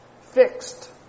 fixed